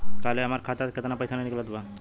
काल्हे हमार खाता से केतना पैसा निकलल बा?